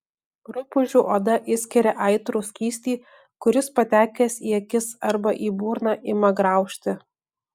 rupūžių oda išskiria aitrų skystį kuris patekęs į akis arba į burną ima graužti